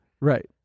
Right